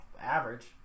average